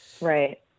right